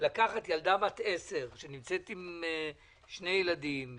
לקחת ילדה בת 10 שנמצאת עם שני ילדים,